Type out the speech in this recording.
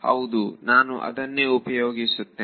ಹೌದು ನಾನು ಅದನ್ನೇ ಉಪಯೋಗಿಸುತ್ತೇನೆ